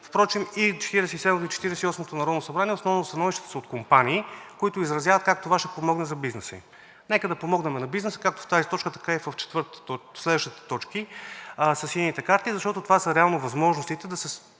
и в Четиридесет и осмото народно събрание основно становищата са от компании, които изразяват как това ще помогне за бизнеса им. Нека да помогнем на бизнеса както в тази, така и в следващите точки със сините карти. Защото това са реално възможностите да се